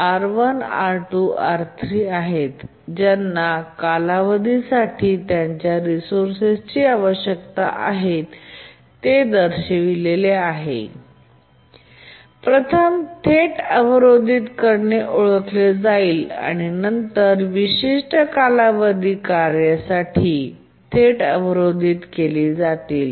R1 R2 R3 आहेत आणि ज्या कालावधी साठी त्यांना रिसोर्सची आवश्यकता आहे ते दर्शविलेले आहे प्रथम थेट अवरोधित करणे ओळखले जाईल आणि नंतर विशिष्ट कालावधी साठी कार्ये थेट अवरोधित केली जातील